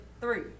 three